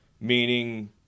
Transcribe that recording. meaning